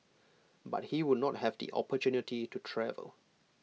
but he would not have the opportunity to travel